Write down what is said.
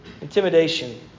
intimidation